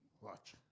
Watch